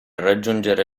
raggiungere